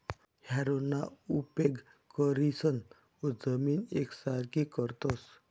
हॅरोना उपेग करीसन जमीन येकसारखी करतस